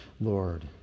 Lord